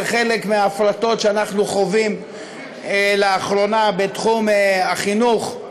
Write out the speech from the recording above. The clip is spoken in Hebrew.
זה חלק מההפרטות שאנחנו חווים לאחרונה בתחום החינוך,